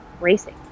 racing